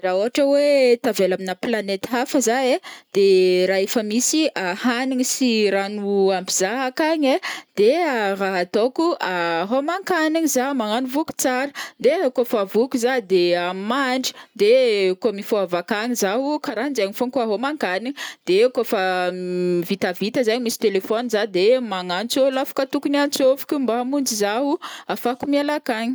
Raha ôhatra hoe tavela amina planète hafa za ai, de ra efa misy hanigny sy rano ampy za akagny ai de rah atôko hômankanigny za magnano voky tsara de kô fa voky za de mandry de kô mifoha avakagny zao karanjegny fôgna koa o homankanigny de kô fa vitavita zegny misy telephone za de magnatso ôlo afaka tokony antsôviko mba hamonjy zao afahako miala akagny.